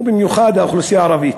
ובמיוחד באוכלוסייה הערבית.